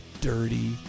dirty